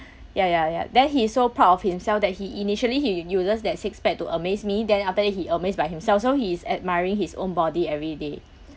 ya ya ya then he's so proud of himself that he initially he uses that six pack to amaze me then after that he amazed by himself so he is admiring his own body everyday